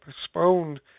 postponed